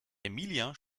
emilia